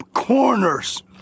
Corners